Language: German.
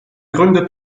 gründet